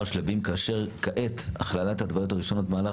שלבים כאשר כעת הכללת ההתוויות הראשונות במהלך,